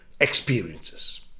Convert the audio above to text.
experiences